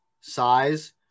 size